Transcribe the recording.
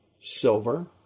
silver